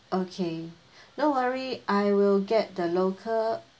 okay no worry I will get the local